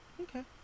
Okay